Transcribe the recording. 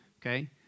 okay